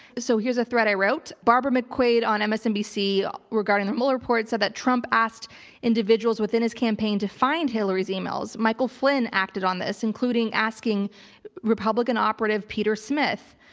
so here's a thread i wrote barbara mcquade on msnbc regarding the mueller reports so that trump asked individuals within his campaign to find hillary's emails. michael flynn acted on this, including asking republican operative peter smith.